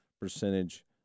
percentage